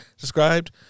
described